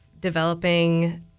developing